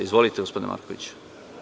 Izvolite, gospodine Markoviću.